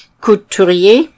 couturier